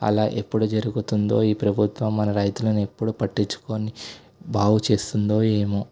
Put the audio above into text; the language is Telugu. అలా ఎప్పుడు జరుగుతుందో ఈ ప్రభుత్వం మన రైతులను ఎప్పుడు పట్టించుకుని బాగుచేస్తుందో ఏమో